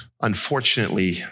Unfortunately